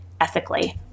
ethically